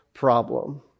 problem